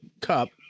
cup